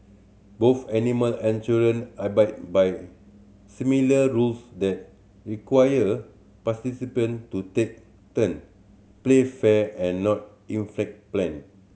both animal and children abide by similar rules that require participant to take turn play fair and not inflict pain